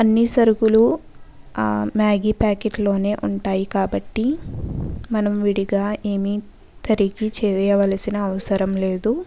అన్ని సరుకులు ఆ మ్యాగి ప్యాకెట్లోనే ఉంటాయి కాబట్టి మనం విడిగా ఏమి తరిగి చెయ్యవలసిన అవసరం లేదు